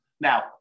Now